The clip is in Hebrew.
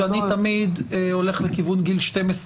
שאני תמיד הולך לכיוון גיל 12,